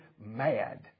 mad